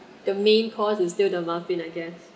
the main course is still the muffin I guess